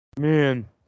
man